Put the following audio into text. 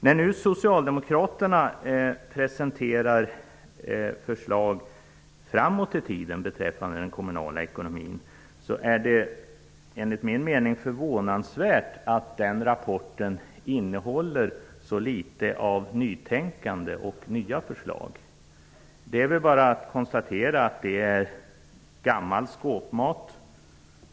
När nu socialdemokraterna presenterar förslag framåt i tiden beträffande den kommunala ekonomin, är det enligt min mening förvånansvärt att de innehåller så litet av nytänkande och nya förslag. Det är bara att konstatera att det är gammal skåpmat.